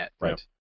Right